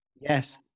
Yes